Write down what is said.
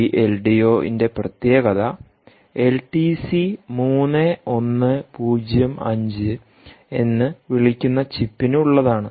V L D O ന്റെ പ്രത്യേകത LTC3105 എന്ന് വിളിക്കുന്ന ചിപ്പിന് ഉള്ളതാണ്